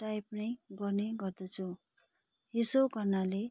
type नै गर्ने गर्दछु यसो गर्नाले